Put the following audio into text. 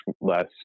less